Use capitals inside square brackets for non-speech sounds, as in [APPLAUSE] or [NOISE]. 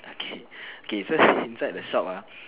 okay okay [BREATH] so inside the shop ah